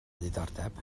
diddordeb